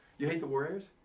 you hate the warriors?